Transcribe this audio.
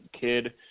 kid